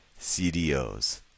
CDOs